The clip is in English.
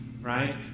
right